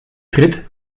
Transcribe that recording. tritt